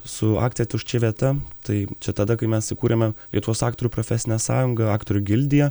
su akcija tuščia vieta tai čia tada kai mes įkūrėme lietuvos aktorių profesinę sąjungą aktorių gildiją